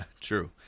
True